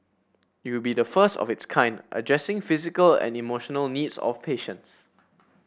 it would be the first of its kind addressing physical and emotional needs of patients